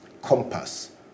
Compass